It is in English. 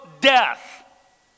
death